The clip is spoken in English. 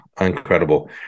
incredible